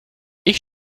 ich